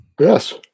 Yes